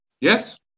Yes